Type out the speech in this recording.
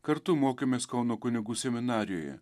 kartu mokėmės kauno kunigų seminarijoje